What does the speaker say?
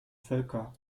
völker